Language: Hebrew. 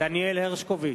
דניאל הרשקוביץ,